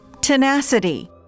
Tenacity